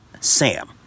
sam